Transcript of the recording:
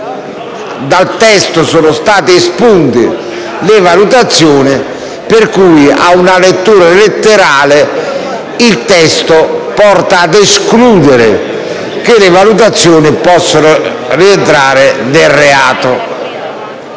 dal testo sono state espunte le valutazioni. Per cui, a una lettura letterale, il testo porta ad escludere che le valutazioni possano rientrare nel reato.